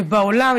ובעולם,